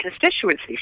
constituency